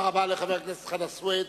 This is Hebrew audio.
תודה רבה לחבר הכנסת חנא סוייד.